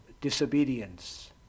disobedience